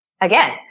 again